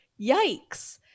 yikes